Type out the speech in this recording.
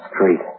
Street